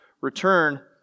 return